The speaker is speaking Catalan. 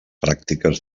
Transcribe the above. pràctiques